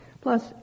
Plus